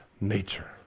nature